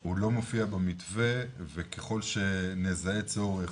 הוא לא מופיע במתווה וככל שנזהה צורך